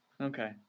Okay